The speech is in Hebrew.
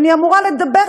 אני אמורה לדבר,